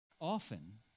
Often